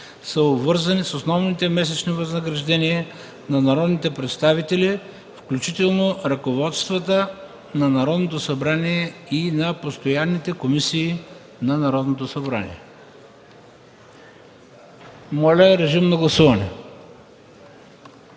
са обвързани с основните месечни възнаграждения на народните представители, включително ръководствата на Народното събрание и на постоянните комисии към Народното събрание.” Моля, гласувайте.